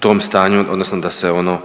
tom stanju, odnosno da se ono